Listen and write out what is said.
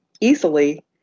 easily